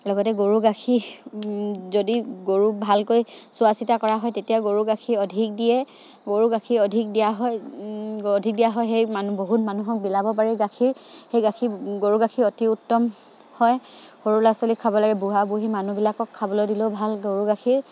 লগতে গৰু গাখীৰ যদি গৰুক ভালকৈ চোৱা চিতা কৰা হয় তেতিয়া গৰু গাখীৰ অধিক দিয়ে গৰু গাখীৰ অধিক দিয়া হয় অধিক দিয়া হয় সেই মান বহুত মানুহক বিলাব পাৰি গাখীৰ সেই গাখীৰ গৰু গাখীৰ অতি উত্তম হয় সৰু ল'ৰা ছোৱালীক খাব লাগে বুঢ়া বুঢ়ী মানুহবিলাকক খাবলৈ দিলেও ভাল গৰু গাখীৰ